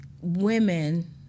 women